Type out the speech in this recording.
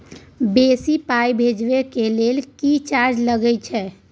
बेसी पाई भेजबाक लेल किछ चार्जो लागे छै?